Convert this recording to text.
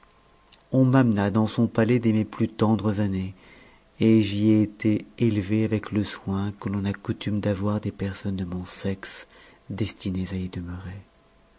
on m'amena dans son palais dès mes plus tendres années et j'y ai été élevée avec le soin que l'on a coutume d'avoir des personnes de mon sexe destinées à y demeurer